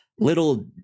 Little